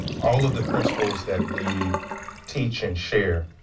all of the principles that we teach and share,